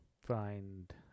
find